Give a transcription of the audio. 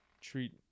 treat